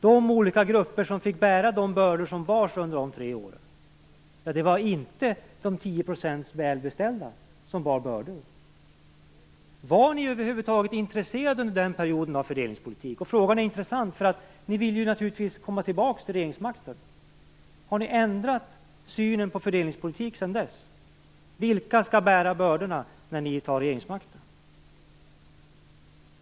De olika grupper som fick bära de bördor som bars under de tre åren var inte de 10 % som har det välbeställt. Var ni över huvud taget intresserade under den perioden av fördelningspolitiken? Frågan är intressant, för ni vill naturligtvis komma tillbaka till regeringsmakten. Har ni ändrat synen på fördelningspolitiken sedan dess? Vilka skall bära bördorna när ni tar regeringsmakten?